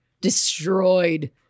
Destroyed